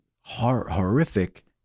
horrific